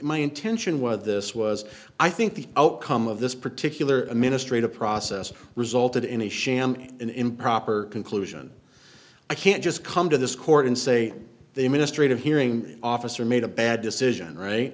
my intention was this was i think the outcome of this particular administrative process resulted in a sham an improper conclusion i can't just come to this court and say they mistreated hearing officer made a bad decision right